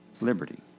Liberty